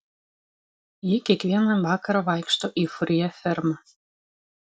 ji kiekvieną vakarą vaikšto į furjė fermą